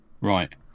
right